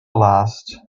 last